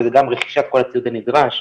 וזה גם רכישת כל הציוד שנדרש,